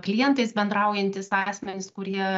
klientais bendraujantys asmenys kurie